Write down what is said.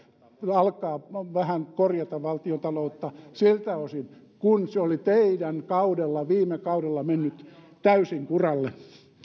on aika vähän korjata valtiontaloutta siltä osin kun se oli teidän kaudellanne viime kaudella mennyt täysin kuralle